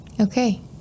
Okay